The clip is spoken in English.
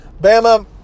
Bama